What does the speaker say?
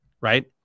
right